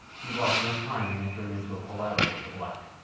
he lost no time in entering into a palaver with the black.